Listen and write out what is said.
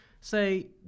say